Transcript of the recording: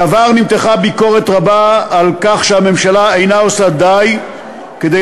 בעבר נמתחה ביקורת רבה על כך שהממשלה אינה עושה די כדי